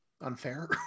Unfair